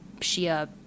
Shia